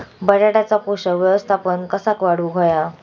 बटाट्याचा पोषक व्यवस्थापन कसा वाढवुक होया?